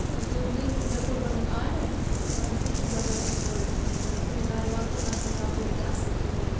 کٲم گٔیٚے مےٚ کوٚر گۄڈٕنٮ۪تھ آرڈر مےٚ باسیٚو یہِ چھُ زَبَردَست پرٛوڈَکٹ کیٛاتھام یُتھُے مےٚ گرٕ واتنوو تَتھ نہٕ کَپُر تہِ اَصٕل کِہیٖنۍ